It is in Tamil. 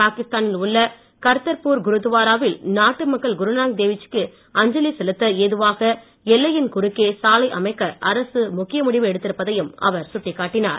பாகிஸ்தானில் உள்ள கர்த்தர்பூர் குருத்துவாரா வில் நாட்டு மக்கள் குருநானக்தேவ் ஜிக்கு அஞ்சலி செலுத்த ஏதுவாக எல்லையின் குறுக்கே சாலை அமைக்க அரசு முக்கிய முடிவு எடுத்திருப்பதையும் அவர் சுட்டிக்காட்டினார்